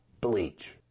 bleach